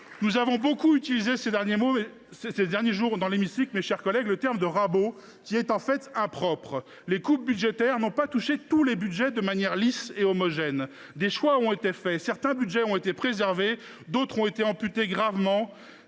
Nous l’avons beaucoup utilisé ces derniers jours dans l’hémicycle, mes chers collègues, mais le terme de « rabot » est en fait impropre. Les coupes budgétaires n’ont pas touché tous les budgets de manière lisse et homogène. Des choix ont été faits. Certains budgets ont été préservés, d’autres, amputés gravement.